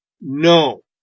No